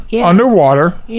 underwater